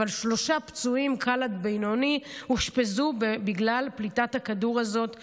אבל שלושה פצועים קל עד בינוני אושפזו בגלל פליטת הכדור הזאת באוטובוס.